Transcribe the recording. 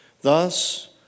Thus